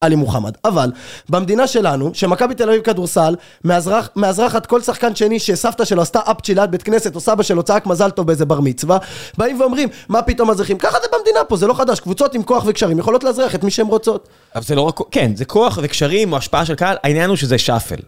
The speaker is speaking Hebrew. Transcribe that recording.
עלי מוחמד. אבל, במדינה שלנו, שמכבי תל אביב כדורסל, מאזרחת כל שחקן שני שסבתא שלו עשתה אפצ'י ליד בית כנסת, או סבא שלו צעק מזל טוב באיזה בר מצווה, באים ואומרים, מה פתאום אזרחים? ככה זה במדינה פה, זה לא חדש. קבוצות עם כוח וקשרים יכולות לאזרח את מי שהן רוצות. אבל זה לא רק... כן, זה כוח וקשרים, או השפעה של קהל, העניין הוא שזה שאפל.